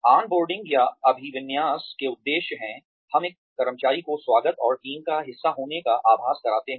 on boarding या अभिविन्यास के उद्देश्य हैं हम नए कर्मचारी को स्वागत और टीम का हिस्सा होने का आभास कराते हैं